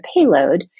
payload